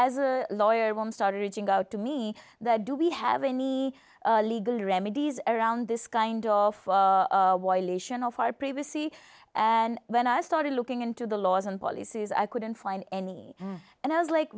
as a lawyer one started reaching out to me that do we have any legal remedies around this kind of fire previously and when i started looking into the laws and policies i couldn't find any and i was like